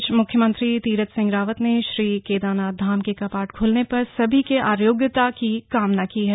इस बीच मुख्यमंत्री तीरथ सिंह रावत ने श्री केदारनाथ धाम के कपाट खुलने पर सभी के आरोग्यता की कामना की है